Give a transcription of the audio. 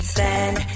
Stand